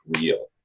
real